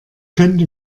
könnte